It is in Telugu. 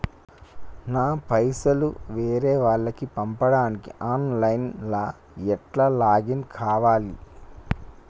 నా పైసల్ వేరే వాళ్లకి పంపడానికి ఆన్ లైన్ లా ఎట్ల లాగిన్ కావాలి?